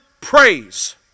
praise